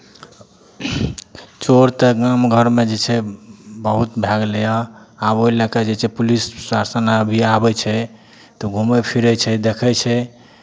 चोर तऽ गाम घरमे जे छै बहुत भए गेलै हइ आब ओहि लऽ कऽ जे छै पुलिस प्रशासन अभी आबै छै तऽ घूमै फिरै छै देखै छै